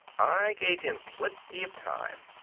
i gave him plenty of time.